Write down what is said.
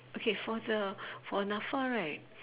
okay for the for Nafa right